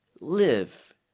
live